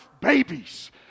babies